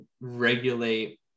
regulate